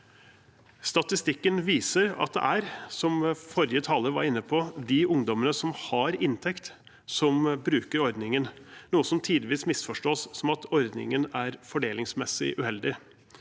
Statistikken viser at det er, som forrige taler var inne på, de ungdommene som har inntekt, som bruker ordningen, noe som tidvis misforstås som at ordningen er fordelingsmessig uheldig,